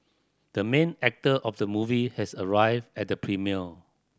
the main actor of the movie has arrived at the premiere